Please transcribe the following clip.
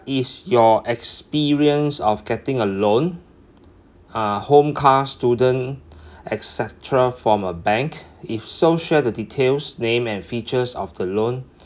is your experience of getting a loan uh home car student etcetera from a bank if so share the details name and features of the loan